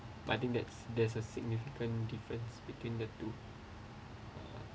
but I think that's there's a significant difference between the two